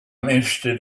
interested